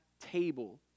table